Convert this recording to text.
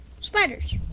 spiders